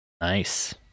nice